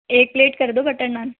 एक प्लेट कर दो बटर नान